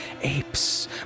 apes